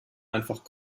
einfach